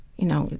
you know,